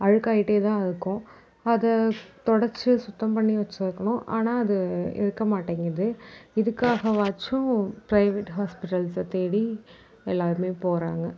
அழுக்காகிட்டேதான் இருக்கும் அதை துடச்சி சுத்தம் பண்ணி வச்சுக்கணும் ஆனால் அது இருக்க மாட்டேங்கிது இதுக்காகவாச்சும் ப்ரைவேட் ஹாஸ்பிட்டல்ஸை தேடி எல்லாருமே போகிறாங்க